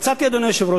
אדוני היושב-ראש,